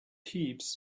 heaps